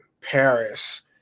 Paris